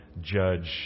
judge